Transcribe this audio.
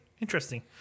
Interesting